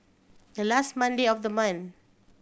the last Monday of the month